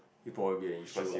it probably will be an issue ah